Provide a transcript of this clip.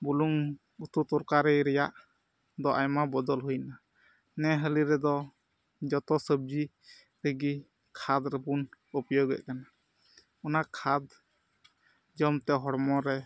ᱵᱩᱞᱩᱝ ᱩᱛᱩ ᱛᱚᱨᱠᱟᱨᱤ ᱨᱮᱭᱟᱜ ᱫᱚ ᱟᱭᱢᱟ ᱵᱚᱫᱚᱞ ᱦᱩᱭᱱᱟ ᱱᱨ ᱦᱟᱹᱞᱤ ᱨᱮᱫᱚ ᱡᱚᱛᱚ ᱥᱚᱵᱽᱡᱤ ᱛᱮᱜᱮ ᱠᱷᱟᱫ ᱨᱮᱵᱚᱱ ᱩᱯᱭᱳᱜᱽ ᱮᱫ ᱠᱟᱱᱟ ᱚᱱᱟ ᱠᱷᱟᱫ ᱡᱚᱢᱛᱮ ᱦᱚᱲᱢᱚ ᱨᱮ